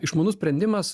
išmanus sprendimas